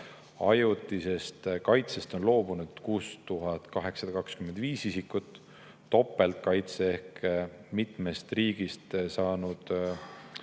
Ajutisest kaitsest on loobunud 6825 isikut. Topeltkaitse ehk mitmest riigist kaitse